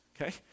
Okay